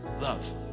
Love